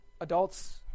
Adults